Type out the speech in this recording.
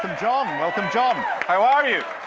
john! welcome, john! how are you?